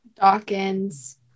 Dawkins